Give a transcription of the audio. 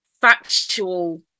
Factual